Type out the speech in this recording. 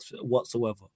whatsoever